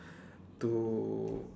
to